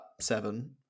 seven